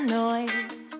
noise